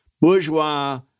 bourgeois